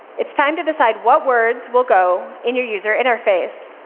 it's time to decide what words will go in your user interface,